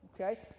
Okay